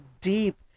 deep